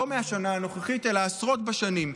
לא מהשנה הנוכחית אלא עשרות בשנים,